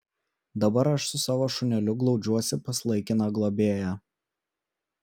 dabar aš su savo šuneliu glaudžiuosi pas laikiną globėją